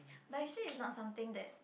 but you say it's not something that